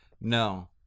No